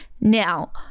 Now